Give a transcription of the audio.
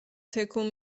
تکون